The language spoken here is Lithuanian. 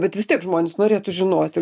bet vis tiek žmonės norėtų žinoti